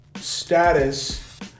Status